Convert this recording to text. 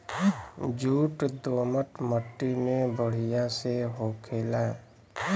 jute दोमट मट्टी में बढ़िया से होखेला